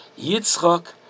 Yitzchak